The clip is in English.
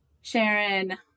Sharon